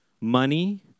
Money